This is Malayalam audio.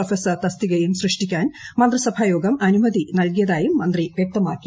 പ്രൊഫസർ തസ്തികയും സൃഷ്ടിക്കാൻ മന്ത്രിസഭാ യോഗം അനുമതി നൽകിയതായും മന്ത്രി വ്യക്തമാക്കി